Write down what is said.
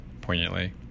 poignantly